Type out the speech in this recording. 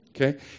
Okay